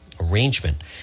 arrangement